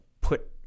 put